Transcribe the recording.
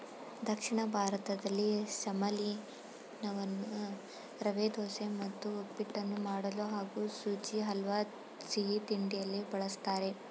ದಕ್ಷಿಣ ಭಾರತದಲ್ಲಿ ಸೆಮಲೀನವನ್ನು ರವೆದೋಸೆ ಮತ್ತು ಉಪ್ಪಿಟ್ಟನ್ನು ಮಾಡಲು ಹಾಗೂ ಸುಜಿ ಹಲ್ವಾ ಸಿಹಿತಿಂಡಿಯಲ್ಲಿ ಬಳಸ್ತಾರೆ